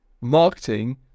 marketing